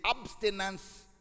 abstinence